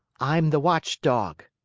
i'm the watchdog.